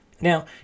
Now